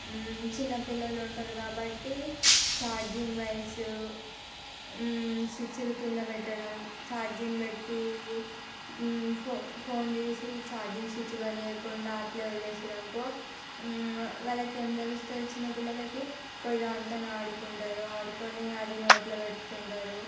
చిన్న పిల్లలు ఉంటారు కాబట్టి ఛార్జింగ్ వైర్సు స్విచ్లు క్రింద పెట్టడం ఛార్జింగ్ పెట్టి ఫోన్ తీసి ఛార్జింగ్ స్విచ్ బంద్ చేయకుండా అట్లే వదిలేసారు అనుకో వాళ్ళకు ఏమి తెలుస్తుంది చిన్న పిల్లలకి పోయి దాంతోనే ఆడుకుంటారు ఆడుకొని అది నోట్లో పెట్టుకుంటారు